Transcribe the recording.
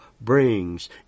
brings